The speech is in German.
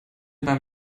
beim